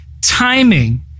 timing